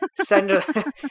send